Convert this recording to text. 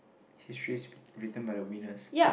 history's written by the winners